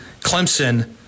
Clemson